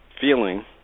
feeling